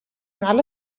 على